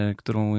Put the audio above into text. którą